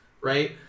right